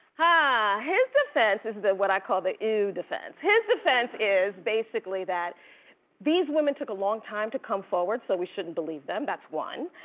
ha, his defense is what i call the ew defense. his defense is basically that these women took a long time to come forward so we shouldn't believe them, that's one.